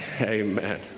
Amen